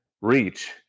reach